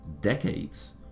decades